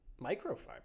Microfiber